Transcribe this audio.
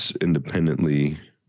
independently